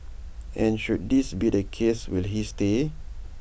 and should this be the case will he stay